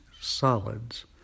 solids